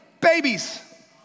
babies